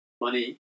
money